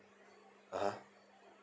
(uh huh)